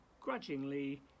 grudgingly